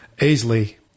easily